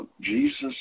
Jesus